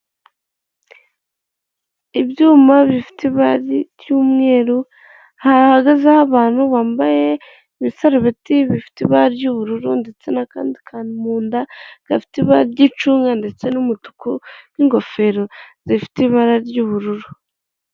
Ibyuma bifite ibara ry'umweru ahahagazeho abantu bambaye ibisarubeti bifite ibara ry'ubururu ndetse n'akandi kantu mu nda, gafite iba gicunga ndetse n'umutuku n'ingofero zifite ibara ry'ubururu.